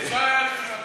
אפשר היה לחיות עם זה.